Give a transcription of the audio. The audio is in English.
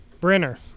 Brenner